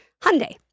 Hyundai